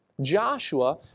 Joshua